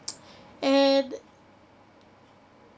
and